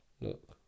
Look